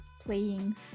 playing